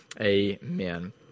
Amen